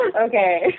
Okay